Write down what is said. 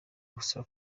gusa